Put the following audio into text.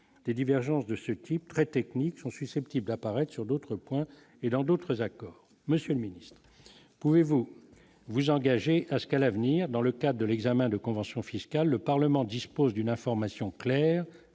des divergences de ce type très techniques sont susceptibles d'apparaître sur d'autres points et dans d'autres accords, monsieur le Ministre, pouvez-vous. Vous engagez à ce qu'à l'avenir, dans le cas de l'examen de conventions fiscales le Parlement dispose d'une information claire